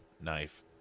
knife